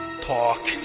Talk